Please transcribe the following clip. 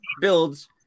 builds